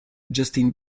justin